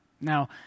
Now